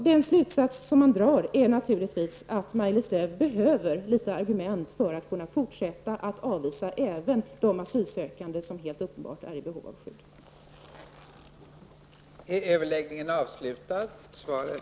Den slutsats man kan dra är naturligtvis att Maj-Lis Lööw behöver litet argument för att kunna fortsätta att avvisa även de asylsökande som helt uppenbart är i behov av skydd.